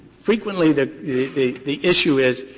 frequently, the the the issue is,